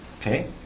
okay